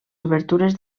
obertures